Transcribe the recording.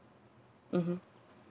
mmhmm